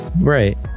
Right